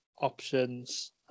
options